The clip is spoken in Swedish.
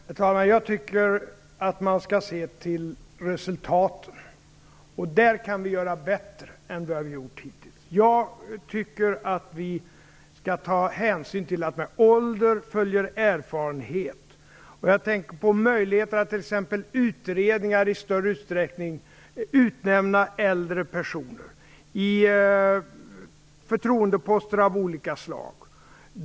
Herr talman! Jag tycker att man skall se till resultaten. Där kan vi göra bättre ifrån oss än vi har gjort hittills. Jag tycker att vi skall ta hänsyn till att med ålder följer erfarenhet. Jag tänker här på möjligheten att t.ex. i samband med utredningar i större utsträckning utnämna äldre personer. Detsamma gäller förtroendeposter av olika slag.